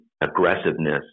aggressiveness